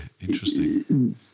interesting